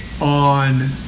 on